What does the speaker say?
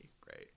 Great